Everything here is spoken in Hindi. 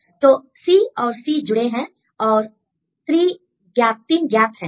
तो C और C जुड़े हैं और 3 गैप हैं